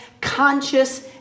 conscious